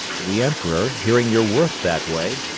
the emperor, hearing your worth that way,